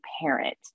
parent